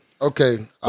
Okay